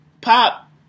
Pop